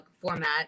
format